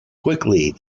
quickly